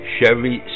Chevy